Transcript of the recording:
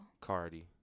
Cardi